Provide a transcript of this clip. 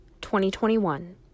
2021